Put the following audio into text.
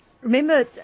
Remember